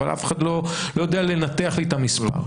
אף אחד לא יודע לנתח לי את המספר,